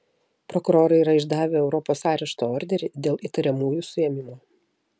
prokurorai yra išdavę europos arešto orderį dėl įtariamųjų suėmimo